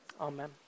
Amen